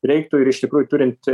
reiktų ir iš tikrųjų turint